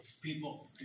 People